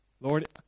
lord